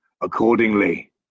accordingly